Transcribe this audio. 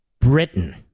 Britain